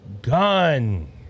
gun